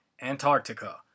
Antarctica